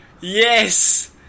Yes